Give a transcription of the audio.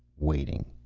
waiting.